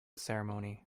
ceremony